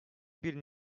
bir